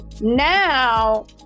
now